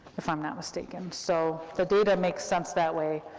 if i'm not mistaken. so the data makes sense that way,